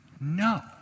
No